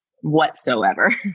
whatsoever